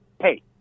hey